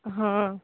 ହଁ